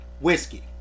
Whiskey